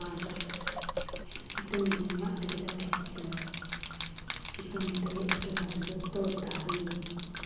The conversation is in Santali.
ᱟᱨ ᱥᱤᱛᱩᱝ ᱫᱤᱱᱢᱟ ᱟᱹᱰᱤ ᱠᱟᱡᱟᱠᱮ ᱥᱤᱛᱩᱝ ᱥᱤᱛᱩᱝᱛᱮ ᱮᱠᱮᱵᱟᱨᱮ ᱡᱚᱛᱚ ᱫᱟᱨᱮ